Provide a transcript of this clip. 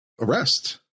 arrest